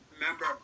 remember